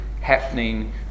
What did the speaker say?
happening